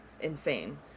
insane